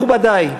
מכובדי,